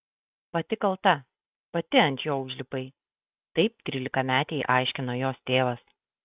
pati kalta pati ant jo užlipai taip trylikametei aiškino jos tėvas